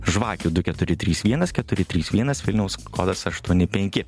žvakių du keturi trys vienas keturi trys vienas vilniaus kodas aštuoni penki